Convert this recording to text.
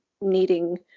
needing